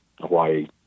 Hawaii